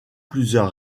plusieurs